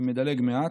אני מדלג מעט.